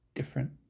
different